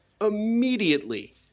immediately